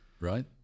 right